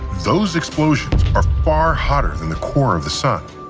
those explosions are far hotter than the core of the sun.